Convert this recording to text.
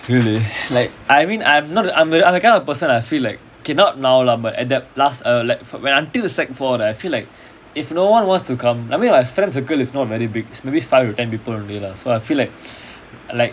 really like I mean I'm not I'm the kind of person I feel like K not now lah but at that last like uh when until sec four right I feel like if no one wants to come I mean my friend circle is not very big maybe five to ten people only lah so I feel like like